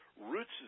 roots